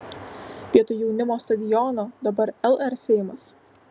vietoj jaunimo stadiono dabar lr seimas